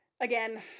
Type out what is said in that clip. again